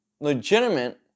legitimate